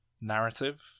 narrative